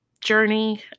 journey